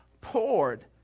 poured